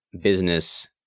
business